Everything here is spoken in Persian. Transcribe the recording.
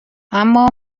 اما